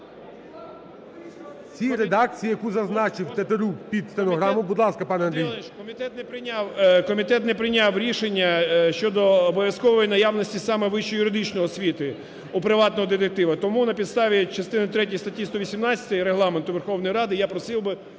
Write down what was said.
цій редакції, яку зазначив Тетерук під стенограму. Будь ласка, пане Андрій.